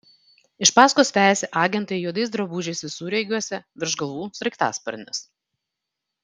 iš paskos vejasi agentai juodais drabužiais visureigiuose virš galvų sraigtasparnis